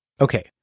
Okay